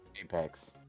Apex